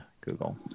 Google